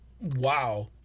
Wow